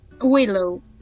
Willow